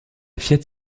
fiat